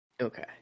Okay